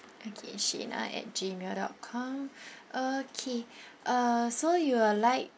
okay shena at gmail dot com okay uh so you'd like um